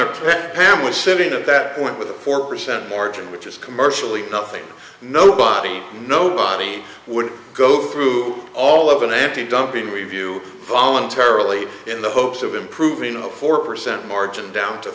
at that point with the four percent margin which is commercially nothing nobody nobody would go through all of an empty dumping review voluntarily in the hopes of improving a four percent margin down to